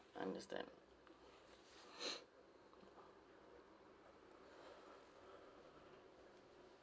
understand